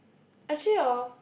actually orh